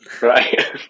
right